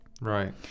Right